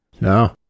no